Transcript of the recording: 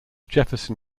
jefferson